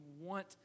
want